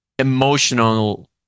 Emotional